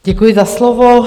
Děkuji za slovo.